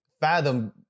fathom